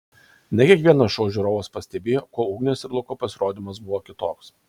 ne kiekvienas šou žiūrovas pastebėjo kuo ugnės ir luko pasirodymas buvo kitoks